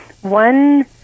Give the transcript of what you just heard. one